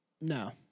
No